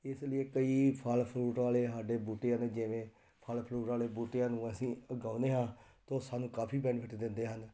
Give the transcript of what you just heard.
ਇਸ ਲਈ ਕਈ ਫ਼ਲ ਫਰੂਟ ਵਾਲੇ ਸਾਡੇ ਬੂਟੇ ਹਨ ਜਿਵੇਂ ਫ਼ਲ ਫਰੂਟ ਵਾਲੇ ਬੂਟਿਆਂ ਨੂੰ ਅਸੀਂ ਉਗਾਉਂਦੇ ਹਾਂ ਤਾਂ ਉਹ ਸਾਨੂੰ ਕਾਫੀ ਬੈਨੀਫਿਟ ਦਿੰਦੇ ਹਨ